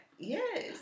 Yes